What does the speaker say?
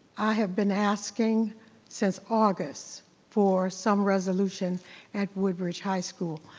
i have been asking since august for some resolution at woodbridge high school.